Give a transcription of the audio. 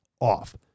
off